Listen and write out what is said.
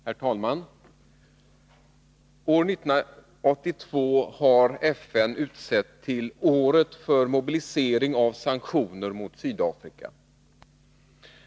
Herr talman! År 1982 har FN utsett till Året för mobilisering av sanktioner mot Sydafrika.